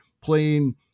playing